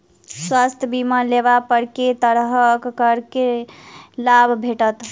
स्वास्थ्य बीमा लेबा पर केँ तरहक करके लाभ भेटत?